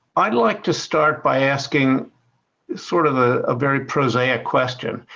i'd like to start by asking sort of ah a very prosaic question.